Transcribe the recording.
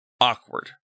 awkward